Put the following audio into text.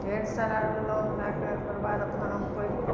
ढेर सारा लोन लए कऽ ओकर बाद अपना हम कोइ भी